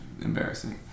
embarrassing